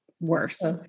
worse